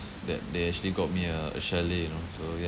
that they actually got me a a chalet you know so yeah